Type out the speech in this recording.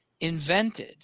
invented